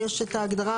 יש את ההגדרה